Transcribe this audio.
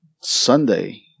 Sunday